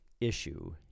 issue